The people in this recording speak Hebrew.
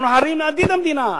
אנחנו חרדים לעתיד המדינה,